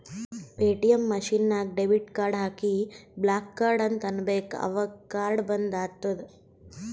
ATM machine ನಾಗ್ debit card ಹಾಕಿ block card ಅಂತ್ ಅನ್ಬೇಕ ಅವಗ್ ಕಾರ್ಡ ಬಂದ್ ಆತ್ತುದ್